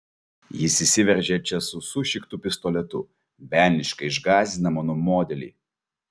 jis įsiveržia čia su sušiktu pistoletu velniškai išgąsdina mano modelį